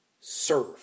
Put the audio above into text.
serve